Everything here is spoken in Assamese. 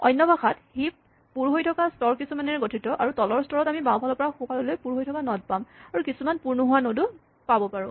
অন্য ভাষাত হিপ পুৰ হৈ থকা স্তৰ কিছুমানেৰে গঠিত আৰু তলৰ স্তৰত আমি বাওঁফালৰ পৰা সোঁফাললৈ পুৰ হৈ থকা নড পাম আৰু কিছুমান পুৰ নোহোৱা নড ও পাব পাৰোঁ